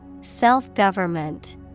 Self-government